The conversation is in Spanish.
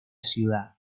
ciudad